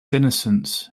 innocence